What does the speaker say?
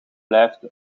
blijft